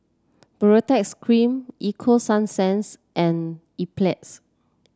Baritex Cream Ego Sunsense and Enzyplex